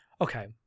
Okay